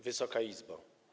Wysoka Izbo!